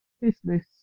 business